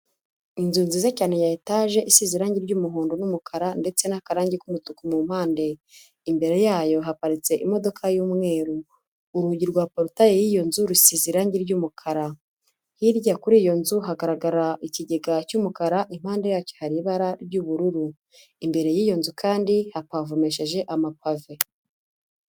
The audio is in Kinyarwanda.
Inzu nziza cyane ya etage isize irangi ry'umuhondo n'umukara ndetse n'akarangi k'umutuku mu mpande imbere yayo haparitse imodoka y'umweru urugi rwa porutaye y'iyo nzu rusize irangi ry'umukara hirya kuri iyo nzu hagaragarara ikigega cy'umukara impande yacyo hari ibara ry'ubururu imbere y'iyo nzu kandi ha pavomesheje ama pave.